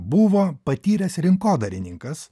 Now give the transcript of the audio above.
buvo patyręs rinkodarininkas